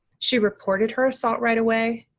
she reported her assault right away.